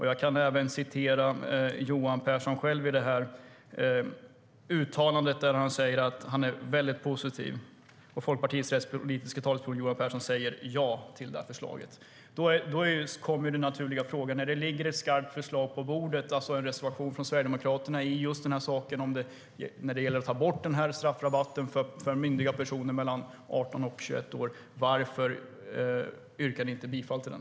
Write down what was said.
Jag kan återge vad Johan Pehrson säger, nämligen att han är väldigt positiv. Folkpartiet rättspolitiska talesperson säger ja till förslaget, står det. När det ligger ett skarpt förslag på bordet, en reservation från Sverigedemokraterna, om att ta bort straffrabatten för myndiga personer mellan 18 och 21 år blir den naturliga frågan: Varför yrkar ni inte bifall till den?